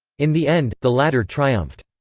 in the end, the latter triumphed.